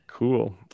cool